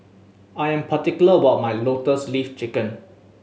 I am particular about my Lotus Leaf Chicken